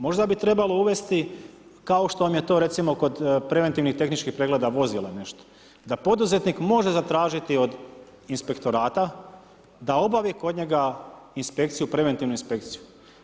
Možda bi trebalo uvesti, kao što vam je to recimo, kad preventivnih tehničkih pregleda vozila ili nešto, d poduzetnik može zatražiti od inspektorata da obavi kod njega inspekciju, preventivnu inspekciju.